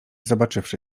zobaczywszy